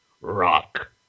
Rock